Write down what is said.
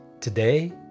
Today